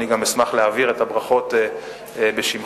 אני אשמח להעביר את הברכות בשמך.